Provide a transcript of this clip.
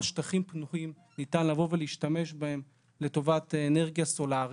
שטחים פנויים ניתן לבוא ולהשתמש בהם לטובת אנרגיה סולארית,